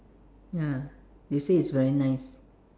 ya they say it's very nice